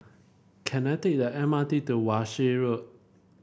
can I take the M R T to Wan Shih Road